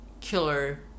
killer